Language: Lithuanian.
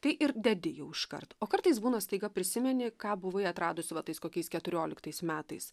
tai ir dedi jau iškart o kartais būna staiga prisimeni ką buvai atradusi va tais kokiais keturioliktais metais